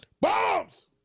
BOMBS